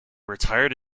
retired